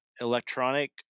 electronic